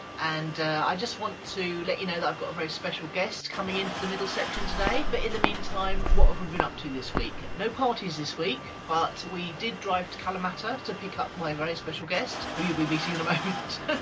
and i just want to let you know that i've got a very special guest coming in for the middle section today. but in the mean time, what have we been up to this week? no parties this week, but we did drive to kalamata to pick up our very special guest, who you'll be be seeing in a moment,